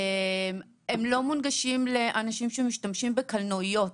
הם לא מונגשים לאנשים שמשתמשים בקלנועיות,